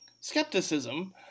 skepticism